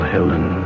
Helen